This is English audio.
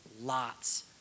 lots